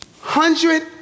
Hundred